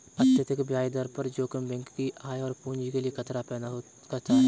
अत्यधिक ब्याज दर जोखिम बैंक की आय और पूंजी के लिए खतरा पैदा करता है